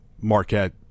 Marquette –